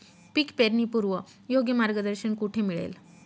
पीक पेरणीपूर्व योग्य मार्गदर्शन कुठे मिळेल?